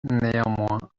néanmoins